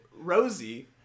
Rosie